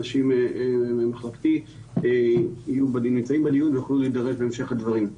אנשים ממחלקתי יהיו בדיון ויוכלו להתייחס בהמשך הדברים.